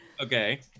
Okay